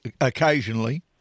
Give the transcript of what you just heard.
occasionally